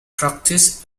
practice